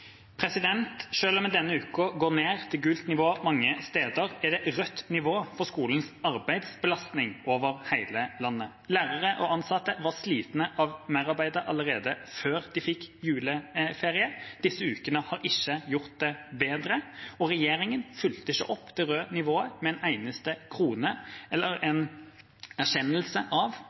om en denne uka går ned til gult nivå mange steder, er det «rødt nivå» på skolenes arbeidsbelastning over hele landet. Lærere og ansatte var slitne av merarbeidet allerede før de fikk juleferie. Disse ukene har ikke gjort det bedre, og regjeringa fulgte ikke opp det røde nivået med en eneste krone eller en erkjennelse av